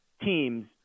teams